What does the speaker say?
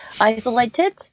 isolated